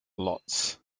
lots